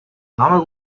намайг